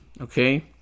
okay